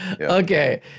Okay